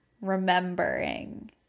remembering